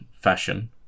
fashion